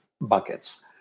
buckets